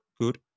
good